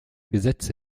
gesetze